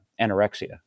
anorexia